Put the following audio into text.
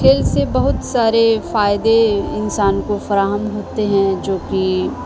کھیل سے بہت سارے فائدے انسان کو فراہم ہوتے ہیں جو کہ